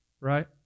right